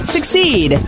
Succeed